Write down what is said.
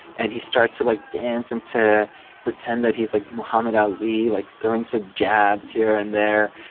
and he starts to, like, dance and to pretend that he's like muhammed ali, like, throwing some jabs here and there.